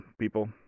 people